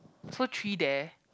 so three there